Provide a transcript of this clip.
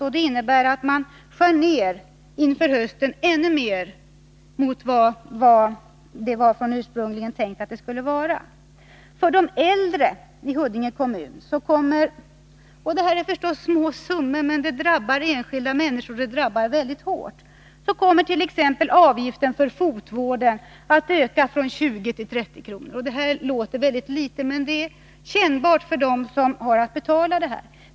Detta innebär att man inför hösten skär ner ännu mer än vad som ursprungligen var avsett. För de äldre i Huddinge kommun blir det avgiftsökningar. Det är små summor, men de drabbar enskilda människor mycket hårt. Exempelvis kommer avgiften för fotvård att öka från 20 till 30 kr. Det låter litet, men det är kännbart för dem som har att betala.